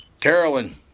Carolyn